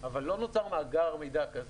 אבל לא נוצר מאגר מידע כזה,